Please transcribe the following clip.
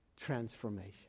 transformation